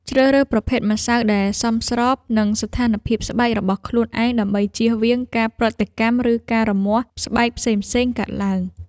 ជ្រើសរើសប្រភេទម្សៅដែលសមស្របនឹងស្ថានភាពស្បែករបស់ខ្លួនឯងដើម្បីជៀសវាងការប្រតិកម្មឬការរមាស់ស្បែកផ្សេងៗកើតឡើង។